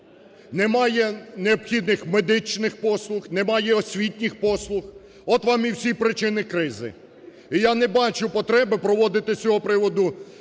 немає необхідних медичних послуг, немає освітніх послуг. От вам і всі причини кризи. І я не бачу потреби проводити з цього приводу